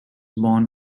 born